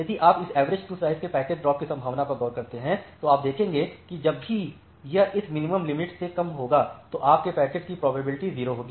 यदि आप इस एवरेज क्यू साइज के पैकेट्स ड्रॉप की संभावना पर गौर करते हैं तो आप देखेंगे कि जब भी यह इस मिनिमम लिमिट से कम होगा तो आपके पैकेट्स की प्रोबेबिलिटी 0 होगी